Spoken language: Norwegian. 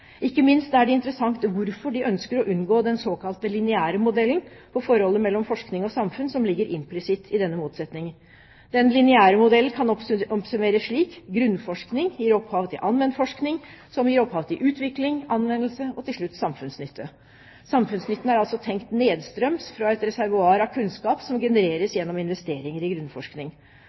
Ikke minst er det interessant hvorfor de ønsker å unngå den såkalte lineære modellen for forholdet mellom forskning og samfunn som ligger implisitt i denne motsetning. Den lineære modellen kan oppsummeres slik: Grunnforskning gir opphav til anvendt forskning, som gir opphav til utvikling, anvendelse og til slutt samfunnsnytte. Samfunnsnytten er altså tenkt nedstrøms fra et reservoar av kunnskap som genereres gjennom investeringer i grunnforskning.